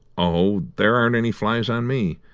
oh, there aren't any flies on me!